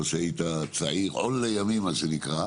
או שהיית צעיר עול לימים מה שנקרא,